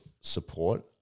support